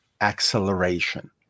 acceleration